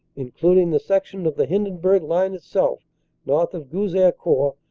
including the section of the hindenburg line itself north of gouzeaucourt,